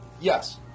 Yes